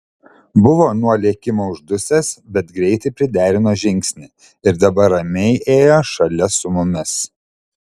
buvo nuo lėkimo uždusęs bet greitai priderino žingsnį ir dabar ramiai ėjo šalia su mumis